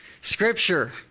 Scripture